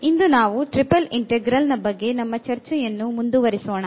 ಇಂದು ನಾವು triple integral ನ ಬಗ್ಗೆ ನಮ್ಮ ಚರ್ಚೆಯನ್ನು ಮುಂದುವರಿಸೋಣ